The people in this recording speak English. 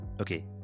Okay